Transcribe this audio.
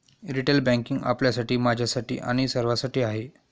retail banking आपल्यासाठी, माझ्यासाठी आणि सर्वांसाठी आहे